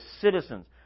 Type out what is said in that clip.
citizens